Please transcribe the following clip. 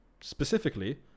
Specifically